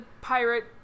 pirate